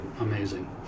amazing